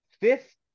fifth